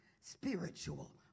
spiritual